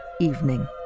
evening